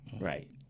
Right